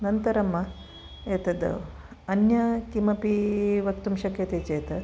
अनन्तरम् एतद् अन्य किमपि वक्तुं शक्यते चेत्